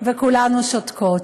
וכולנו שותקות?